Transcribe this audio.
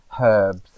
herbs